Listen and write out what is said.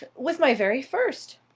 with my very first!